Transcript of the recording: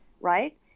Right